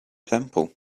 temple